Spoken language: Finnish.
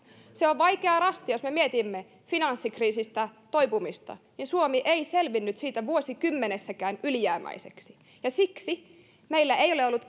se on vaikea rasti jos me mietimme finanssikriisistä toipumista suomi ei selvinnyt siitä vuosikymmenessäkään ylijäämäiseksi siksi meillä ei ole ollut